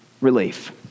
relief